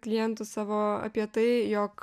klientų savo apie tai jog